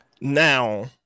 Now